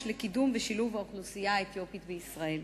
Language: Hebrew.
לקידום ולשילוב האוכלוסייה האתיופית בישראל.